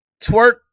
twerk